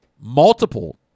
multiple